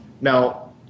Now